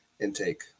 intake